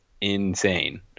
insane